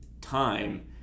time